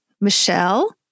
Michelle